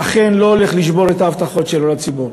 אכן לא הולך לשבור את ההבטחות שלו לציבור.